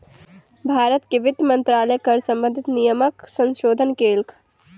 भारत के वित्त मंत्रालय कर सम्बंधित नियमक संशोधन केलक